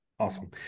Awesome